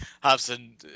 Hobson